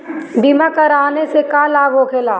बीमा कराने से का लाभ होखेला?